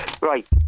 Right